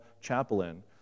chaplain